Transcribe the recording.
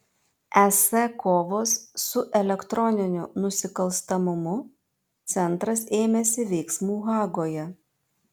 es kovos su elektroniniu nusikalstamumu centras ėmėsi veiksmų hagoje